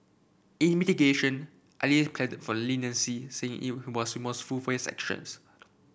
in mitigation Ali pleaded for leniency saying he was remorseful for sections